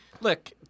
Look